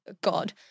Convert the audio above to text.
god